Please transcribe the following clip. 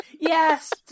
Yes